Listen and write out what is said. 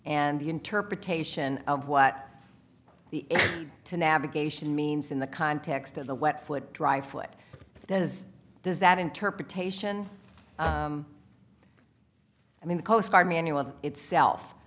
the interpretation of what the to navigation means in the context of the wet foot dry foot does does that interpretation i mean the coast guard manual of itself